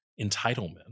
entitlement